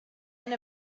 end